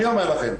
אני אומר לכם,